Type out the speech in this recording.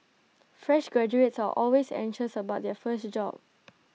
fresh graduates are always anxious about their first job